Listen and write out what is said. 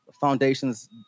Foundations